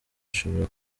ashobora